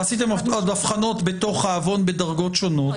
ועשיתם עוד הבחנות בעוון בדרגות שונות,